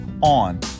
on